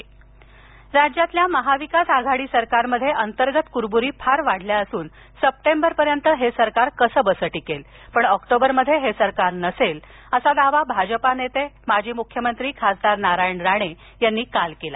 राणे राज्यातल्या महाविकास आघाडी सरकारमध्ये अंतर्गत कुरबुरी फार वाढल्या असून सप्टेंबरपर्यंत हे सरकार कसंबसं टिकेल पण ऑक्टोबरमध्ये हे सरकार नसेल असा दावा भाजपा नेते माजी मुख्यमंत्री खासदार नारायण राणे यांनी काल केला